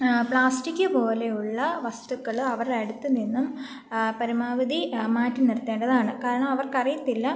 plastic പോലെ ഉള്ള വസ്തുക്കൾ അവരടുത്തു നിന്നും പരമാവധി മാറ്റി നിർത്തേണ്ടതാണ് കാരണം അവർക്കറിയത്തില്ല